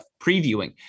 previewing